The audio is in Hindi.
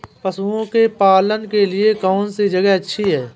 पशुओं के पालन के लिए कौनसी जगह अच्छी है?